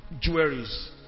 jewelries